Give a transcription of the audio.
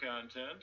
content